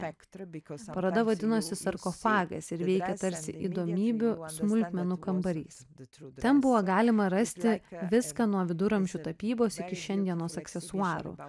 paroda vadinosi sarkofagas ir veikė tarsi įdomybių smulkmenų kambarys ten buvo galima rasti viską nuo viduramžių tapybos iki šiandienos aksesuarų